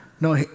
No